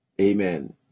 Amen